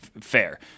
fair